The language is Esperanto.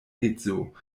edzo